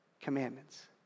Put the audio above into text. commandments